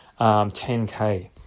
10K